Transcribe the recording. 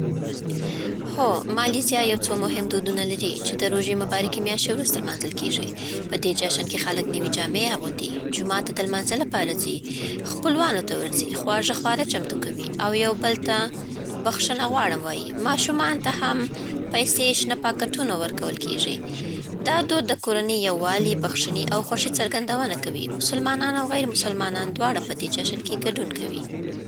هو، مالیزیا یو څو مهم دودونه لري، چې د روژې مبارکې میاشتې وروسته لمانځل کېږي. په دې جشن کې خلک نوې جامې اغوندي، جومات ته د لمانځه لپاره ځي، خپلوانو ته ورځي، خواږه خواړه چمتو کوي، او یو بل ته بخښنه غواړم وایي. ماشومان ته هم پيسې شنه پاکټونه ورکول کېږي. دا دود د کورنۍ یووالي، بخښنې، او خوښۍ څرګندونه کوي. مسلمانان او غیرمسلمانان دواړه په دې جشن کې ګډون کوي.